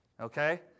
Okay